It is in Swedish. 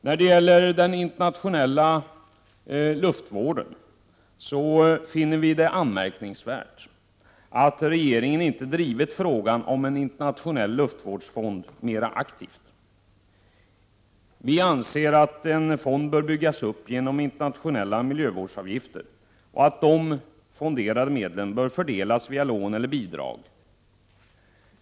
När det gäller den internationella luftvården finner vi det anmärkningsvärt att regeringen inte drivit frågan om en internationell luftvårdsfond mera aktivt. Vi anser att en fond bör byggas upp genom internationella miljövårdsavgifter och att de fonderade medlen bör fördelas via lån eller bidrag.